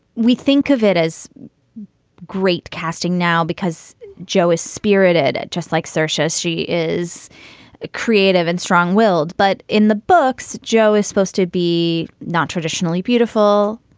we think of it as great casting now because jo is spirited, just like searches. she is creative and strong willed. but in the books, jo is supposed to be not traditionally beautiful,